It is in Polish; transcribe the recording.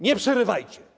Nie przerywajcie.